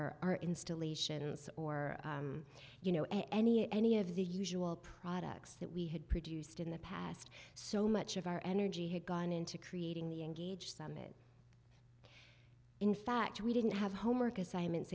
our installation or you know any any of the usual products that we had produced in the past so much of our energy had gone into creating the engage summit in fact we didn't have homework assignments